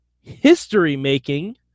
history-making